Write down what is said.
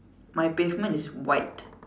my pavement is white